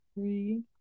three